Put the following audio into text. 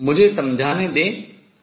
मुझे समझाने दें कि इसका क्या अर्थ है